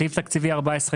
סעיף תקציבי 14,